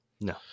No